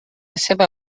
seva